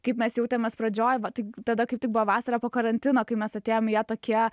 kaip mes jautėmės pradžioje va tik tada kiti buvo vasarą po karantino kai mes atėjom jie tokie